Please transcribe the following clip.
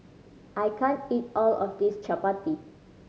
I can't eat all of this Chapati